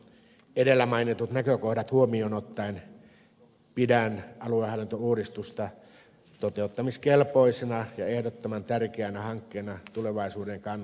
edellä mainitut näkökohdat huomioon ottaen pidän aluehallintouudistusta toteuttamiskelpoisena ja ehdottoman tärkeänä hankkeena tulevaisuuden kannalta